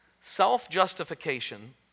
Self-justification